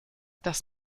das